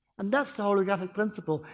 and that's the holographic principle.